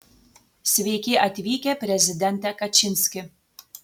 sveiki atvykę prezidente kačinski